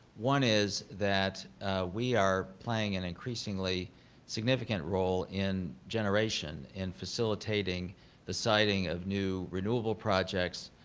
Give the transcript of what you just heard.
one is that we are playing an increasingly significant role in generation in facilitating the siting of new renewable projects,